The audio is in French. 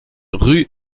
rue